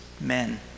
men